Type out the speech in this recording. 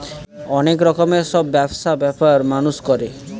অনেক রকমের সব ব্যবসা ব্যাপার মানুষ করে